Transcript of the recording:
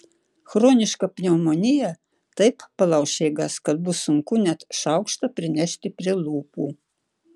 chroniška pneumonija taip palauš jėgas kad bus sunku net šaukštą prinešti prie lūpų